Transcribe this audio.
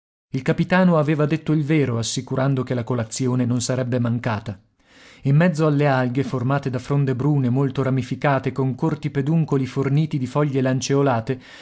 il capitano aveva detto il vero assicurando che la colazione non sarebbe mancata in mezzo alle alghe formate da fronde brune molto ramificate con corti peduncoli forniti di foglie lanceolate